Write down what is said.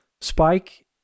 Spike